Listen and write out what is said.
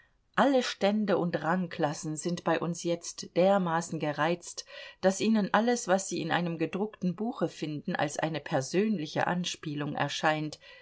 alle stände und rangklassen sind bei uns jetzt dermaßen gereizt daß ihnen alles was sie in einem gedruckten buche finden als eine persönliche anspielung erscheint